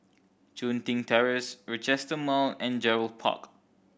Chun Tin Terrace Rochester Mall and Gerald Park